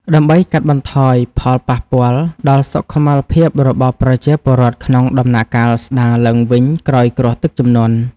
ដើម្បីកាត់បន្ថយផលប៉ះពាល់ដល់សុខុមាលភាពរបស់ប្រជាពលរដ្ឋក្នុងដំណាក់កាលស្តារឡើងវិញក្រោយគ្រោះទឹកជំនន់។